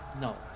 No